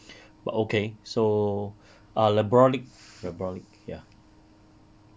but okay so I'll labrnic labrnic ya